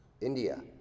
India